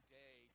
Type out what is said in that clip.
day